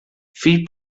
fill